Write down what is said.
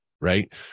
right